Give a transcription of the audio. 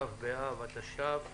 כ' באב התש"ף.